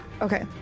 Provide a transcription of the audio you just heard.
Okay